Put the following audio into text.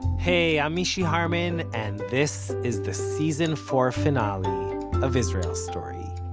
hey, i'm mishy harman, and this is the season four finale of israel story.